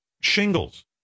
shingles